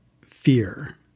fear